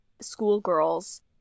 schoolgirls